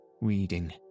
reading